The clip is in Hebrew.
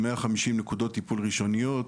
150 נקודות טיפול ראשוניות,